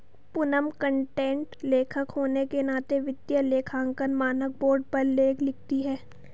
Poonam content लेखक होने के नाते वित्तीय लेखांकन मानक बोर्ड पर लेख लिखती है